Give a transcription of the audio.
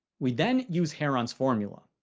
we then use heron's formula.